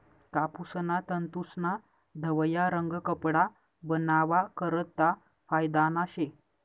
कापूसना तंतूस्ना धवया रंग कपडा बनावा करता फायदाना शे